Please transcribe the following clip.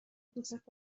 دوستت